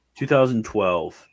2012